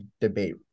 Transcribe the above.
debate